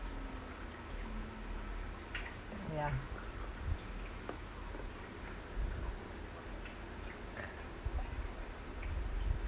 yeah